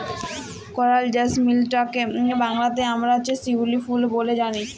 করাল জেসমিলটকে বাংলাতে আমরা শিউলি ফুল ব্যলে জানি